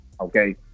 okay